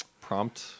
prompt